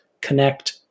connect